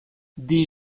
des